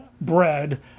bread